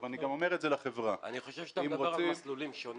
אני מתכבד לפתוח את ישיבת ועדת הכספים.